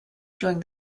during